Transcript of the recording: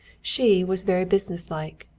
she was very businesslike.